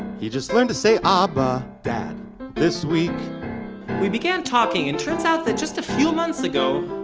he just learned to say ah abba dad this week we began talking, and turns out that just a few months ago,